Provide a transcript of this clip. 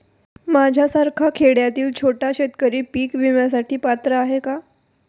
माझ्यासारखा खेड्यातील छोटा शेतकरी पीक विम्यासाठी पात्र आहे का?